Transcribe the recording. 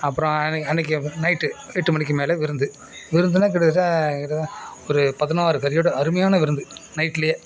அப்பறம் அன்றைக்கி அன்றைக்கி நைட்டு எட்டு மணிக்கு மேலே விருந்து விருந்தில் கிட்டத்தட்ட கிட்டத்தட்ட ஒரு பதினாறு கறியோட அருமையான விருந்து நைட்லேயே